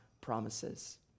promises